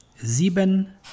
Sieben